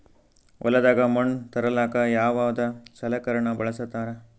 ಹೊಲದಾಗ ಮಣ್ ತರಲಾಕ ಯಾವದ ಸಲಕರಣ ಬಳಸತಾರ?